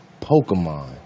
Pokemon